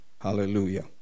Hallelujah